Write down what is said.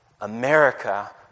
America